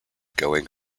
going